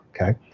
Okay